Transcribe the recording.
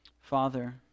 Father